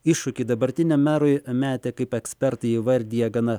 iššūkį dabartiniam merui metė kaip ekspertai įvardija gana